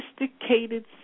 sophisticated